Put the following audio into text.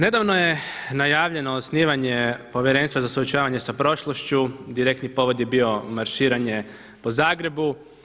Nedavno je najavljeno osnivanje povjerenstva za suočavanje sa prošlošću, direktni povod je bilo marširanje po Zagrebu.